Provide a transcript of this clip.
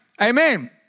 Amen